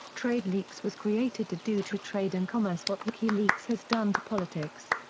tradeleaks was created to do to trade and commerce what wikileaks has done to politics.